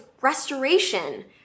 restoration